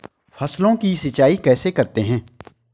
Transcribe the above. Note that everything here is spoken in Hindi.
फसलों की सिंचाई कैसे करते हैं?